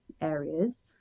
areas